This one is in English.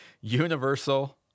Universal